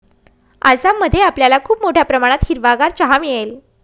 आसाम मध्ये आपल्याला खूप मोठ्या प्रमाणात हिरवागार चहा मिळेल